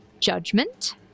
judgment